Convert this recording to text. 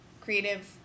Creative